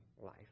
life